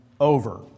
over